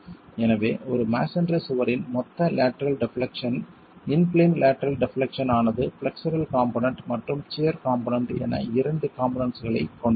எனவே ஒரு மஸோன்றி சுவரின் மொத்த lateral deflection in plane lateral deflection ஆனது பிளக்சரல் காம்போனென்ட் மற்றும் சியர் காம்போனென்ட் என இரண்டு காம்போனென்ட்ஸ்களைக் கொண்டுள்ளது